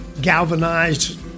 galvanized